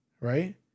right